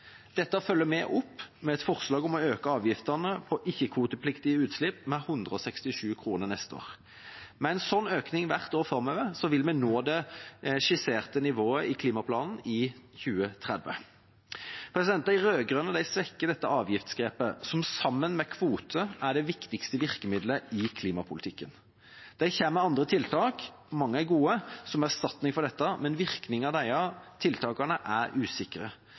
Dette følger vi opp med et forslag om å øke avgiftene på ikke-kvotepliktige utslipp med 167 kr neste år. Med en sånn økning hvert år framover vil vi nå det skisserte nivået i klimaplanen i 2030. De rød-grønne svekker dette avgiftsgrepet, som sammen med kvoter er det viktigste virkemidlet i klimapolitikken. De kommer med andre tiltak – og mange er gode – som erstatning for dette, men virkningen av tiltakene er usikre.